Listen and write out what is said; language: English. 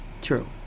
true